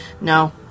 No